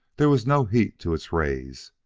there was no heat to its rays,